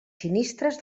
sinistres